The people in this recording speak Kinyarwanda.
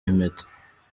impeta